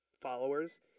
followers